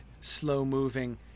slow-moving